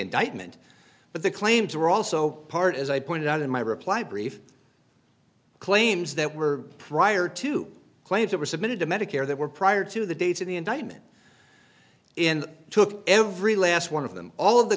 indictment but the claims were also part as i pointed out in my reply brief claims that were prior to claims that were submitted to medicare that were prior to the dates of the indictment in took every last one of them all of the